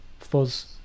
fuzz